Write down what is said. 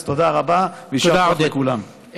תודה רבה וישר כוח לכולם.